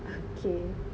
okay